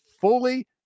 fully